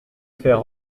faire